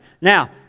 Now